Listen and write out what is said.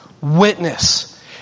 witness